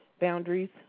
boundaries